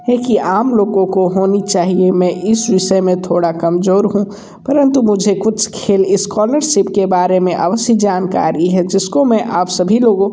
कि आम लोगों को होनी चाहिए मैं इस विषय मे थोड़ा कमज़ोर हूँ परन्तु मुझे कुछ खेल स्कॉलरसिप के बारे में अवश्य जानकारी है जिस को मैं आप सभी लोगों